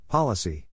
Policy